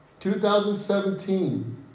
2017